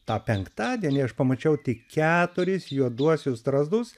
tą penktadienį aš pamačiau tik keturis juoduosius strazdus